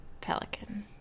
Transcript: Pelican